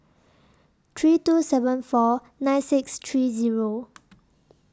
three two seven four nine six three Zero